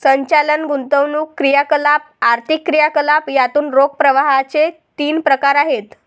संचालन, गुंतवणूक क्रियाकलाप, आर्थिक क्रियाकलाप यातून रोख प्रवाहाचे तीन प्रकार आहेत